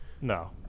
No